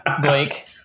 Blake